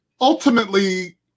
Ultimately